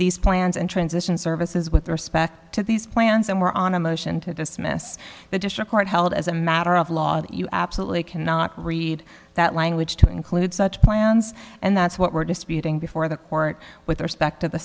these plans and transition services with respect to these plans and we're on a motion to dismiss the district court held as a matter of law that you absolutely cannot read that language to include such plans and that's what we're disputing before the court with respect to the